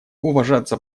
уважаться